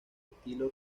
estilo